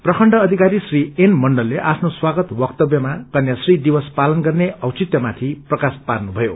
प्रखण्ड अधिकारी श्री एन मण्डसले आफ्नो स्वागत वक्तव्यमा कन्याश्री दिवस पालन गर्ने औचित्यमाथि प्रकाश पार्नुभयो